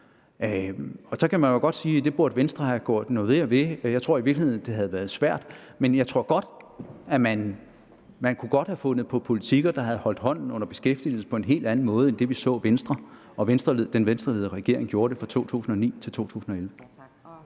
Så kan man jo godt sige, at det burde Venstre have gjort noget mere ved. Jeg tror i virkeligheden, at det ville have været svært, men man kunne godt have fundet på politikker, der havde holdt hånden under beskæftigelsen på en helt anden måde end den måde, vi så Venstre og den Venstreledede regering gjorde det på fra 2009 til 2011.